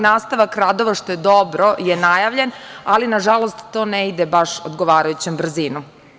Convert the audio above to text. Nastavak radova, što je dobro, je najavljen, ali nažalost ne ide baš odgovarajućom brzinom.